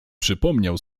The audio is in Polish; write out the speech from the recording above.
przypomniał